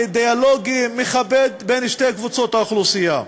דיאלוג מכבד בין שתי קבוצות האוכלוסייה.